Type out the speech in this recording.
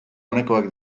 onekoak